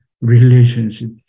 Relationship